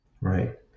Right